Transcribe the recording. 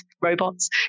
robots